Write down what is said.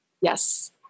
Yes